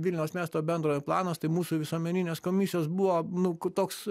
vilniaus miesto bendrojo planas tai mūsų visuomeninės komisijos buvo nu ku toks